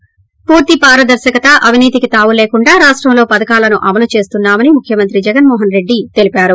ి పూర్తి పారదర్శకత అవినీతికి తావు లేకుండా రాష్టంలో పథకాలను అమలు చేస్తున్నా మని ముఖ్యమంత్రి జగన్మో హన్ రెడ్లి తెలిపారు